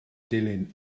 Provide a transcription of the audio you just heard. dilyn